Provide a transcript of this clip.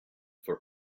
for